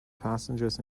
passengers